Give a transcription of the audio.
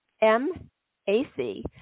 M-A-C